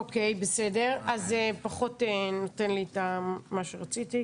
אוקיי, בסדר, אז זה פחות נותן לי את מה שרציתי.